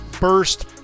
burst